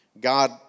God